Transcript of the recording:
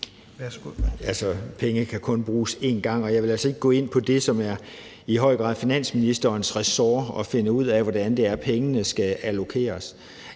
penge kan kun bruges én gang, og jeg vil altså ikke gå ind på det, som i høj grad er finansministerens ressort, altså at finde ud af, hvordan pengene skal allokeres.